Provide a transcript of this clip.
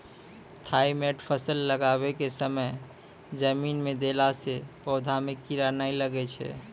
Thimet फ़सल लगाबै के समय जमीन मे देला से पौधा मे कीड़ा नैय लागै छै?